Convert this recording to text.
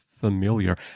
familiar